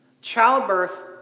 childbirth